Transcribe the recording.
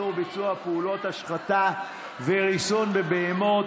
(תיקון, איסור ביצוע פעולות השחתה וריסון בבהמות),